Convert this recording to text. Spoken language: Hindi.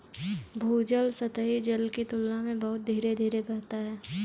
भूजल सतही जल की तुलना में बहुत धीरे धीरे बहता है